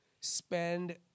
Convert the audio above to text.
spend